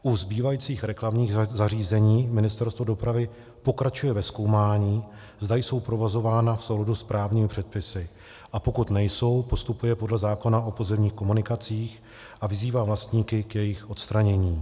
U zbývajících reklamních zařízení Ministerstvo dopravy pokračuje ve zkoumání, zda jsou provozována v souladu s právními předpisy, a pokud nejsou, postupuje podle zákona o pozemních komunikacích a vyzývá vlastníky k jejich odstranění.